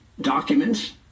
documents